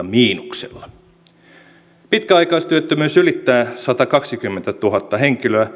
miinuksella pitkäaikaistyöttömyys ylittää satakaksikymmentätuhatta henkilöä